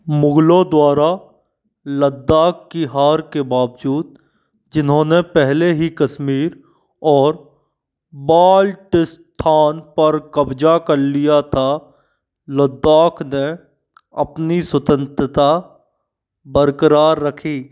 मुगलों द्वारा लद्दाख की हार के बावजूद जिन्होंने पहले ही कश्मीर और बाल्टिस्तान पर कब्ज़ा कर लिया था लद्दाख ने अपनी स्वतंत्रता बरकरार रखी